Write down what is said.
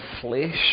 flesh